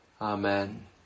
Amen